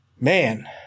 Man